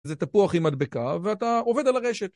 זה תפוח עם מדבקה ואתה עובד על הרשת